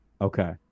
Okay